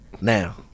Now